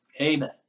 Amen